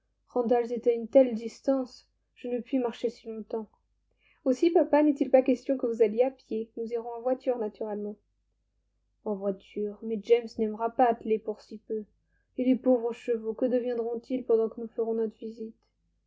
à une telle distance je ne puis marcher si longtemps aussi papa n'est-il pas question que vous alliez à pied nous irons en voiture naturellement en voiture mais james n'aimera pas atteler pour si peu et les pauvres chevaux que deviendront ils pendant que nous ferons notre visite